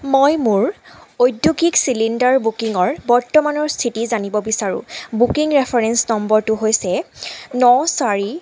মই মোৰ ঔদ্যোগিক চিলিণ্ডাৰ বুকিঙৰ বৰ্তমানৰ স্থিতি জানিব বিচাৰোঁ বুকিং ৰেফাৰেঞ্চ নম্বৰটো হৈছে ন চাৰি